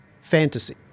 fantasy